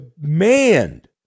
demand